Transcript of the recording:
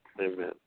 Amen